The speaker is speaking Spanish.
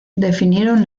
definieron